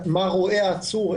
מה רואה העצור,